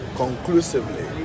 conclusively